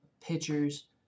pictures